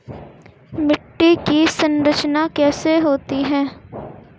मिट्टी की संरचना कैसे होती है?